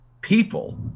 people